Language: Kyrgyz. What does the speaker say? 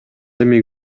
эми